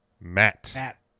Matt